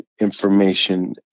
information